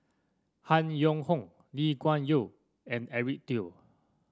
Han Yong Hong Lee Kuan Yew and Eric Teo